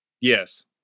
Yes